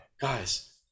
guys